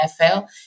NFL